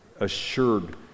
assured